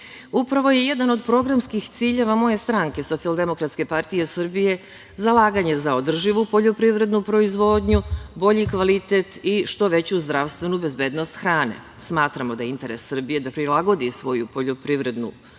je jedan od programskih ciljeva moje stranke Socijaldemokratske partije Srbije zalaganje za održivu poljoprivrednu proizvodnju, bolji kvalitet i što veću zdravstvenu bezbednost hrane. Smatramo da je interes Srbije da prilagodi svoju poljoprivredu standardima